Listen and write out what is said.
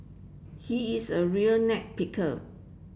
he is a real net picker